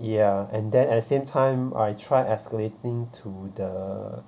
ya and then at the same time I tried escalating to the